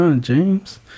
James